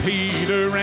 Peter